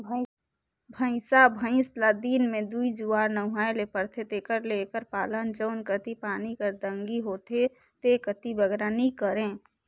भंइसा भंइस ल दिन में दूई जुवार नहुवाए ले परथे तेकर ले एकर पालन जउन कती पानी कर तंगी होथे ते कती बगरा नी करें